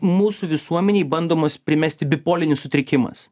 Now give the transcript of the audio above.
mūsų visuomenei bandomas primesti bipolinis sutrikimas